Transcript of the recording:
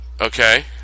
Okay